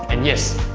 and yes,